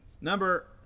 Number